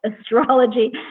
astrology